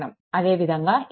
అదేవిధంగా a21x1 a22x2